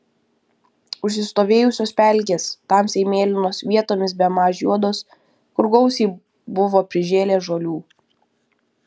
užsistovėjusios pelkės tamsiai mėlynos vietomis bemaž juodos kur gausiai buvo prižėlę žolių